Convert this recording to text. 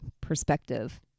perspective